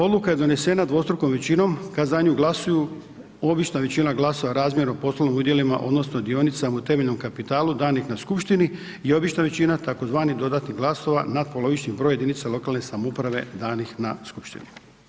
Odluka je donesena dvostrukom većinom, kada za nju glasuju, ovisna većina glasova razmjerno poslovnim udjelima, odnosno, dionicama u temeljnom kapitalu, danom na skupštini i obična većina, tzv. dodanih glasova natpolovični broj jedinice lokalne samouprave danih na skupštinu.